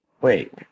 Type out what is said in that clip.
wait